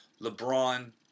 LeBron